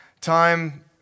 time